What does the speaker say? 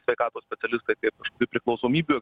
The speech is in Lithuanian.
sveikatos specialistai kaip priklausomybių